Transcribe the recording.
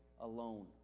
alone